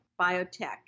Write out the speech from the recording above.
biotech